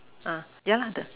uh yeah lah the